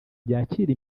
byakira